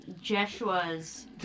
jeshua's